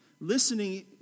Listening